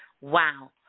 Wow